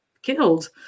Killed